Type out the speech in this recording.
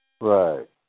Right